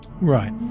right